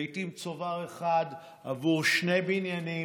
לעיתים צובר אחד עבור שני בניינים,